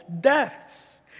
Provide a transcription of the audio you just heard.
deaths